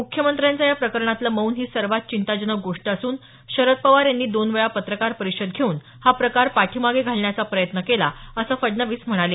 मुख्यमंत्र्यांचं या प्रकरणातलं मौन ही सर्वात चिंताजनक गोष्ट असून शरद पवार यांनी दोन वेळा पत्रकार परिषद घेऊन हा प्रकार पाठीमागे घालण्याचा प्रयत्न केला असं फडणवीस म्हणाले